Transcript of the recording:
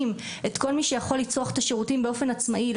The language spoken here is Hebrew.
את מי שיכול לצרוך את השירותים באופן עצמאי,